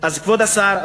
כבוד השר,